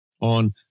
on